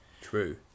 True